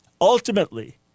Ultimately